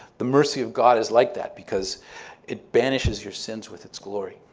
the mercy of god is like that because it banishes your sins with its glory.